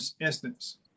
instance